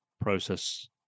process